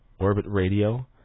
OrbitRadio